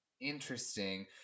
interesting